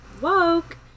woke